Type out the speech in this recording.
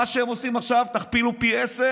מה שהם עושים עכשיו תכפילו פי-עשרה